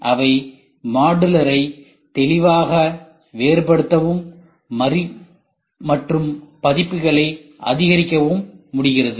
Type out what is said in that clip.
எனவே அவை மாடுலரை தெளிவாக வேறுபடுத்தவும் மற்றும் பதிப்புகளை அதிகரிக்கவும் முடிகிறது